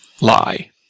lie